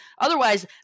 otherwise